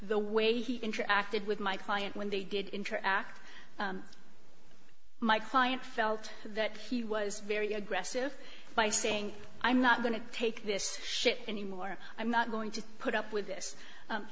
the way he interacted with my client when they did interact my client felt that he was very aggressive by saying i'm not going to take this shit anymore i'm not going to put up with